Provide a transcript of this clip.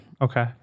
Okay